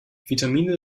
vitamine